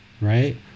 right